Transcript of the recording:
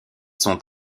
sont